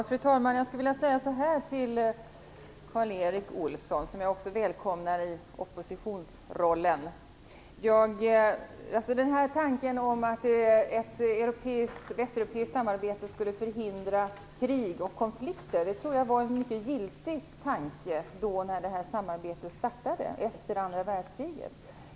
Fru talman! Jag skulle vilja säga så här till Karl Erik Olsson, som jag också välkomnar i oppositionsrollen: Tanken att ett västeuropeiskt samarbete skulle förhindra krig och konflikter tror jag var en mycket giltig tanke när samarbetet startade, efter andra världskriget.